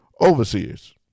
overseers